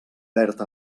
verd